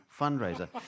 fundraiser